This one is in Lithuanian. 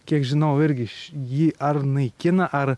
kiek žinau irgi jį ar naikina ar